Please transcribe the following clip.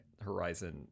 Horizon